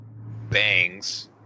bangs